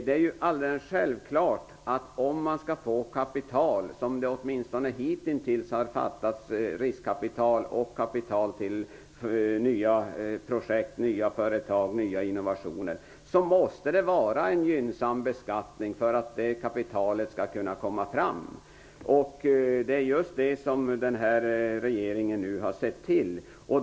Det är alldeles självklart, att om man skall få riskkapital och kapital till nya projekt, nya företag och nya innovationer måste det till en gynnsam beskattning för att kapitalet skall komma fram. Det är just detta som den nuvarande regeringen har sett till att skapa.